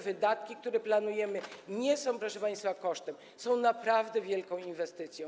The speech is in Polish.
Wydatki, jakie planujemy, nie są, proszę państwa, kosztem, to jest naprawdę wielka inwestycja.